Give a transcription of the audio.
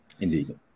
indeed